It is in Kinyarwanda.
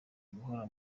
gahora